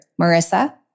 Marissa